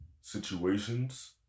situations